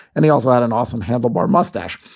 and he also had an awesome handlebar mustache.